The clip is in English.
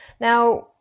Now